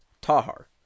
Tahar